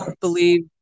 believe